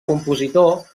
compositor